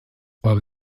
aber